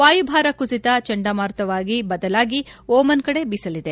ವಾಯುಭಾರ ಕುಸಿತ ಚಂಡಮಾರುತವಾಗಿ ಬದಲಾಗಿ ಓಮನ್ ಕಡೆ ಬೀಸಲಿದೆ